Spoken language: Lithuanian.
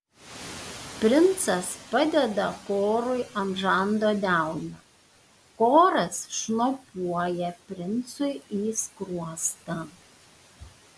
princas padeda korui ant žando delną koras šnopuoja princui į skruostą